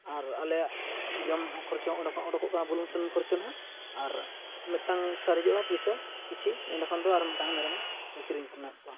ᱟᱨ ᱟᱞᱮᱭᱟᱜ ᱡᱚᱢ ᱦᱚᱸ ᱠᱷᱚᱨᱪᱟ ᱚᱸᱰᱮ ᱠᱷᱚᱱ ᱚᱰᱚᱠᱚᱜᱼᱟ ᱠᱟᱱᱟ ᱵᱩᱞᱩᱝ ᱥᱩᱱᱩᱢ ᱠᱷᱚᱨᱪᱟ ᱱᱟᱦᱟᱸᱜ ᱟᱨ ᱢᱤᱫᱴᱟᱝ ᱥᱟᱨᱮᱡᱚᱜᱼᱟ ᱯᱚᱭᱥᱟ ᱠᱤᱪᱷᱩ ᱚᱸᱰᱮᱠᱷᱚᱱ ᱫᱚ ᱟᱨ ᱢᱤᱫᱴᱟᱝ ᱢᱮᱨᱚᱢ ᱠᱤᱨᱤᱧ ᱠᱚᱣᱟ